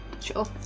sure